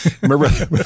Remember